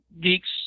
Geek's